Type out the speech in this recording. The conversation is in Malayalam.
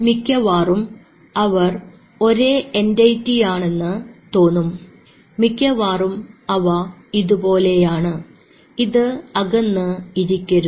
മിക്കവാറും അവർ ഒരേ എന്റിറ്റിയാണെന്ന് തോന്നും മിക്കവാറും അവ ഇതുപോലെയാണ് ഇത് അകന്ന് ഇരിക്കരുത്